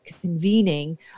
convening